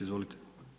Izvolite.